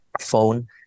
phone